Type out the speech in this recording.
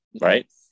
Right